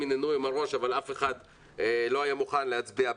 הנהנו עם הראש אבל אף אחד לא היה מוכן להצביע בעד,